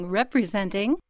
representing